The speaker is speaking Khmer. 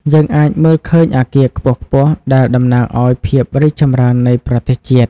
យើងអាចមើលឃើញអគារខ្ពស់ៗដែលតំណាងឱ្យភាពរីកចម្រើននៃប្រទេសជាតិ។